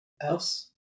else